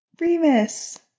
Remus